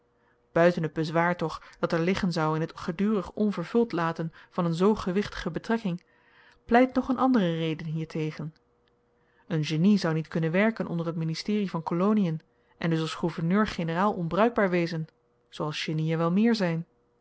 buiten het bezwaar toch dat er liggen zou in t gedurig onvervuld laten van een zoo gewichtige betrekking pleit nog een andere reden hiertegen een genie zou niet kunnen werken onder het ministerie van kolonien en dus als gouverneur-generaal onbruikbaar wezen zooals genien wel meer zyn